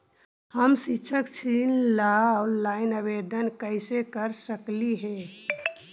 हम शैक्षिक ऋण ला ऑनलाइन आवेदन कैसे कर सकली हे?